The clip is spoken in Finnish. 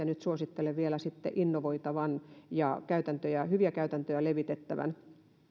nyt suosittelen vielä sitten innovoitavan ja hyviä käytäntöjä levitettävän